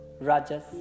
Rajas